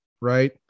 Right